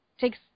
takes